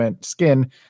skin